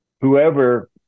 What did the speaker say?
whoever